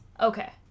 okay